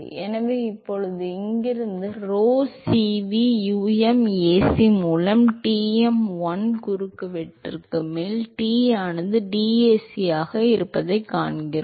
எனவே இப்போது இங்கிருந்து rho Cv um Ac மூலம் Tm 1 குறுக்குவெட்டுக்கு மேல் T ஆனது dAc ஆக இருப்பதைக் காண்கிறோம்